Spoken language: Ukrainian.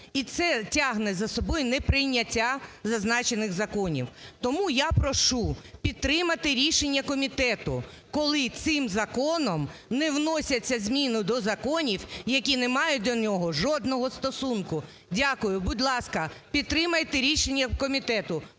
і це тягне за собою не прийняття зазначених законів. Тому я прошу підтримати рішення комітету, коли цим законом не вносяться зміни до законів, які не мають до нього жодного стосунку. Дякую. Будь ласка, підтримайте рішення комітету,